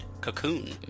Cocoon